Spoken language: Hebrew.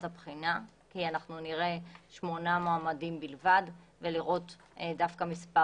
הבחינה כי אנחנו נראה שמונה מועמדים בלבד ולראות מספר